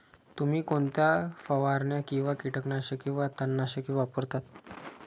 तुम्ही कोणत्या फवारण्या किंवा कीटकनाशके वा तणनाशके वापरता?